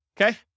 Okay